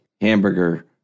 hamburger